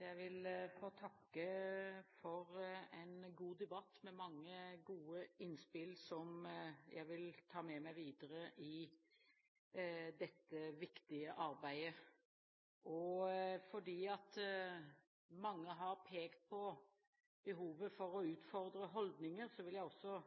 Jeg vil få takke for en god debatt med mange gode innspill som jeg vil ta med meg videre i dette viktige arbeidet. Fordi mange har pekt på behovet for å utfordre holdninger, vil jeg også